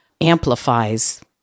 amplifies